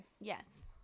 Yes